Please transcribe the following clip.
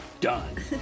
done